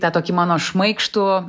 tą tokį mano šmaikštų